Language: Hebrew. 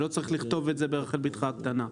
לא צריך לכתוב את זה ברחל בתך הקטנה.